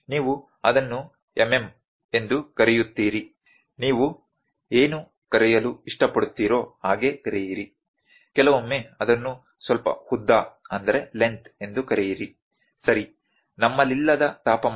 ನೀವು ಅದನ್ನು ಎಂಎಂ ಎಂದು ಕರೆಯುತ್ತೀರಿ ನೀವು ಏನು ಕರೆಯಲು ಇಷ್ಟಪಡುತ್ತೀರೋ ಹಾಗೆ ಕರೆಯಿರಿ ಕೆಲವೊಮ್ಮೆ ಅದನ್ನು ಸ್ವಲ್ಪ ಉದ್ದ ಎಂದು ಕರೆಯಿರಿ ಸರಿ ನಮ್ಮಲ್ಲಿಲ್ಲದ ತಾಪಮಾನ